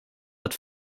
het